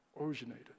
originated